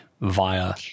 via